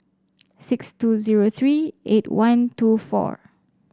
six two zero three eight one two four